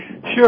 Sure